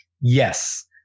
yes